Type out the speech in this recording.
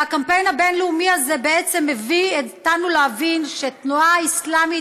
הקמפיין הבין-לאומי הזה בעצם מביא אותנו להבין שהתנועה האסלאמית,